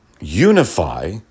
Unify